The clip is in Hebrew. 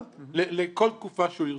לכל תקופה שהוא ירצה.